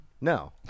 no